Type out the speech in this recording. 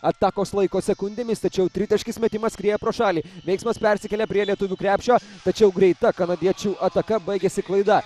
atakos laiko sekundėmis tačiau tritaškis metimas skriejo pro šalį veiksmas persikėlė prie lietuvių krepšio tačiau greita kanadiečių ataka baigėsi klaida